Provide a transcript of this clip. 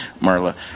Marla